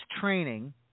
training